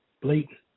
blatant